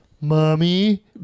Mommy